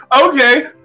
okay